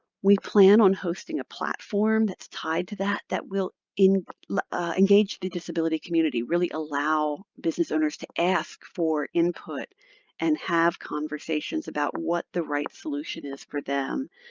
we plan on hosting a platform that's tied to that that will engage the disability community, really allow business owners to ask for input and have conversations about what the right solution is for them,